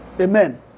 Amen